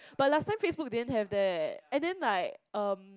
but last time Facebook didn't have that and then like um